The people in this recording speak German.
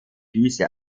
düse